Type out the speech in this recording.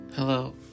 Hello